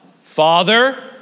Father